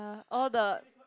oh the